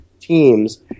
teams